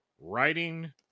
Writing